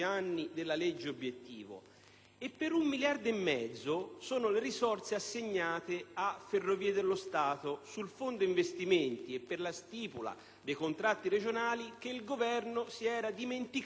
e per un miliardo e mezzo le risorse assegnate a Ferrovie dello Stato sul fondo investimenti e per la stipula dei contratti regionali che il Governo aveva dimenticato di inserire in finanziaria.